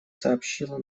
сообщила